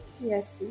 Yes